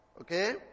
Okay